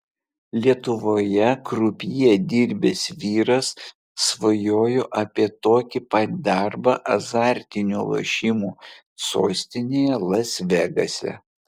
lietuvoje krupjė dirbęs vyras svajojo apie tokį pat darbą azartinių lošimų sostinėje las vegase